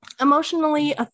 emotionally